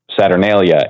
Saturnalia